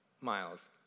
miles